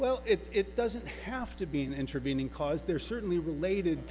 well it doesn't have to be an intervening cause they're certainly related